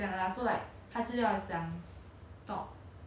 那个公司没有跟他讲 like 他们卖掉他的 contract ah